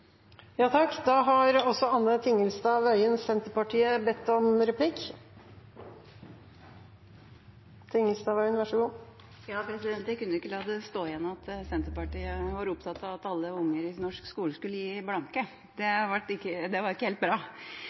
Jeg kunne jo ikke la det stå igjen at Senterpartiet var opptatt av at alle unger i norsk skole skulle gi blanke. Det var ikke helt bra, for det er jeg ikke